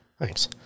Thanks